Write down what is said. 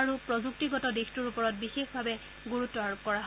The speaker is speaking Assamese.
আৰু প্ৰযুক্তিগত দিশটোৰ ওপৰত বিশেষভাৱে গুৰুত্ব আৰোপ কৰা হয়